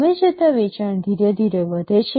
સમય જતાં વેચાણ ધીરે ધીરે વધે છે